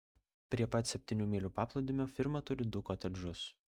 prie pat septynių mylių paplūdimio firma turi du kotedžus